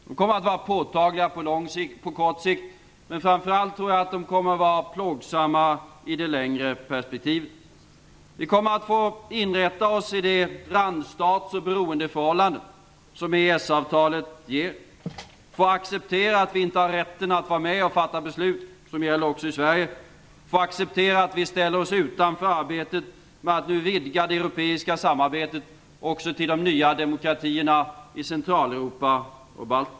De kommer att vara påtagliga på kort sikt, men jag tror framför allt att de kommer att vara plågsamma i det längre perspektivet. Vi kommer att få inrätta oss i det randstats och beroendeförhållande som EES-avtalet ger, att få acceptera att vi inte har rätt att vara med om att fatta beslut som skall gälla också i Sverige och att få acceptera att vi ställer oss utanför arbetet med att nu vidga det europeiska samarbetet också till de nya demokratierna i Centraleuropa och Baltikum.